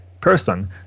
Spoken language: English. person